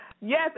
Yes